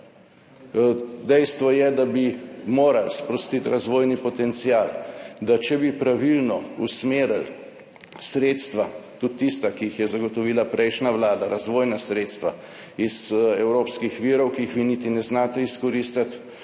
Dejstvo je, da bi morali sprostiti razvojni potencial, da če bi pravilno usmerili sredstva, tudi tista, ki jih je zagotovila prejšnja vlada, razvojna sredstva iz evropskih virov, ki jih vi niti ne znate izkoristiti